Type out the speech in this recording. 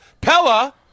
Pella